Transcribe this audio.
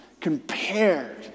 compared